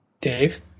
Dave